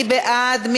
מי בעד?